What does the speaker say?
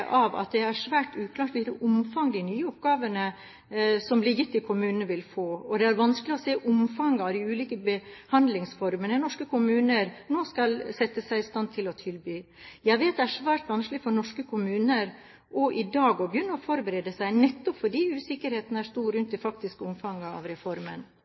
av at det er svært uklart hvilket omfang de nye oppgavene som blir gitt til kommunene, vil få, og det er vanskelig å se omfanget av de ulike behandlingsformene norske kommuner nå skal sette seg i stand til å tilby. Jeg vet det er svært vanskelig for norske kommuner også i dag å begynne å forberede seg, nettopp fordi usikkerheten er stor rundt det faktiske omfanget av reformen.